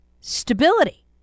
Stability